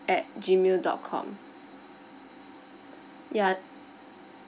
at gmail dot com ya